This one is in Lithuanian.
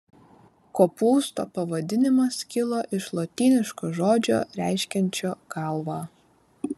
kopūsto pavadinimas kilo iš lotyniško žodžio reiškiančio galvą